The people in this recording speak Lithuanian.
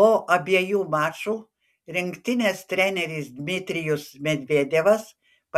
po abiejų mačų rinktinės treneris dmitrijus medvedevas